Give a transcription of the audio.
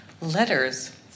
letters